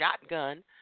shotgun